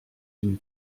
une